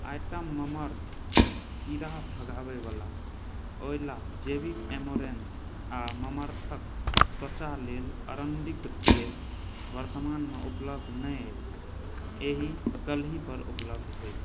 item Mamaearth कीड़ा भगाबयवला ओहि लए जैविक ऐमारैंथ आ ममअर्थ त्वचा लेल अरंडीक तेल वर्तमानमे उपलब्ध नहि अछि एहि कल्हि पर उपलब्ध होयत